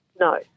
no